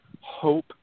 hope